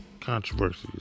controversies